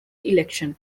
election